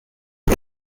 who